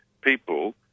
people